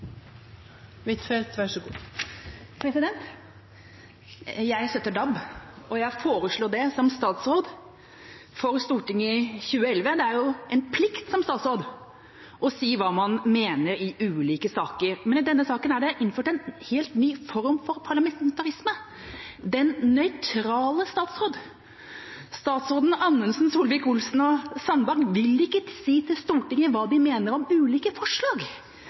jo en plikt som statsråd å si hva man mener i ulike saker, men i denne saken er det innført en helt ny form for parlamentarisme: den nøytrale statsråd. Statsrådene Anundsen, Solvik-Olsen og Sandberg vil ikke si til Stortinget hva de mener om ulike forslag,